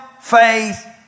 faith